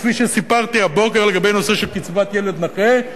כפי שסיפרתי הבוקר לגבי נושא של קצבת ילד נכה,